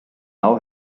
now